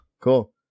Cool